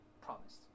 promised